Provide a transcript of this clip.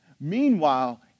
Meanwhile